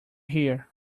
here